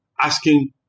asking